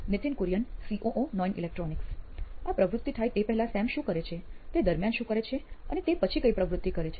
Nithin Kurien COO નોઇન electronics આ પ્રવૃત્તિ થાય તે પહેલાં સેમ શું કરે છે તે દરમિયાન શું કરે છે અને તે પછી કઈ પ્રવૃત્તિ કરે છે